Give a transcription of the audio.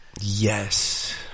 Yes